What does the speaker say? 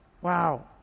Wow